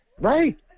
Right